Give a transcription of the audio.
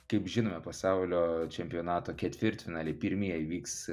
kaip žinome pasaulio čempionato ketvirtfinaliai pirmieji vyks